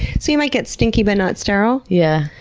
so you might get stinky but not sterile? yeah.